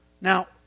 Now